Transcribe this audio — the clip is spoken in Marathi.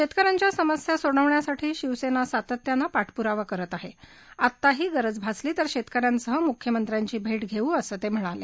शेतक यांच्या समस्या सोडवण्यासाठी शिवसेना सातत्यानं पाठपुरावा करत आहे आताही गरज भासली तर शेतक यांसह मुख्यमंत्र्यांची भेट घेऊ असं ते म्हणाले